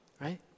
right